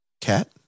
cat